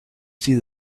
see